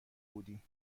بودیم